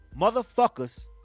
motherfuckers